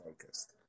focused